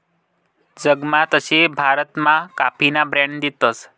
जगमा तशे भारतमा काफीना ब्रांड शेतस